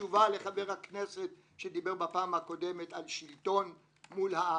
תשובה לחבר הכנסת שדיבר בפעם הקודמת על שלטון מול העם.